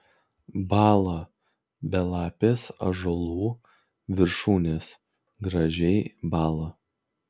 bąla belapės ąžuolų viršūnės gražiai bąla